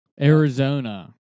Arizona